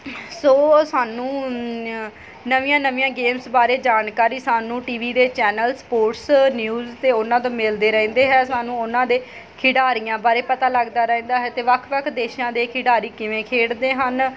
ਸੋ ਸਾਨੂੰ ਨਵੀਆਂ ਨਵੀਆਂ ਗੇਮਸ ਬਾਰੇ ਜਾਣਕਾਰੀ ਸਾਨੂੰ ਟੀਵੀ ਦੇ ਚੈਨਲ ਸਪੋਰਟਸ ਨਿਊਜ਼ 'ਤੇ ਉਹਨਾਂ ਤੋਂ ਮਿਲਦੇ ਰਹਿੰਦੇ ਹੈ ਸਾਨੂੰ ਉਹਨਾਂ ਦੇ ਖਿਡਾਰੀਆਂ ਬਾਰੇ ਪਤਾ ਲੱਗਦਾ ਰਹਿੰਦਾ ਹੈ ਅਤੇ ਵੱਖ ਵੱਖ ਦੇਸ਼ਾਂ ਦੇ ਖਿਡਾਰੀ ਕਿਵੇਂ ਖੇਡਦੇ ਹਨ